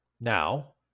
Now